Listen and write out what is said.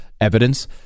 evidence